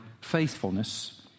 faithfulness